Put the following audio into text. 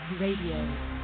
Radio